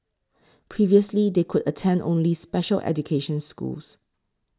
previously they could attend only special education schools